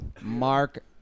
Mark